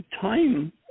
time